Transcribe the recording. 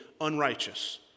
unrighteous